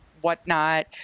whatnot